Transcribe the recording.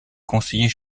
conseiller